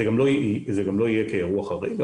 זה גם לא יהיה כאירוע חריג.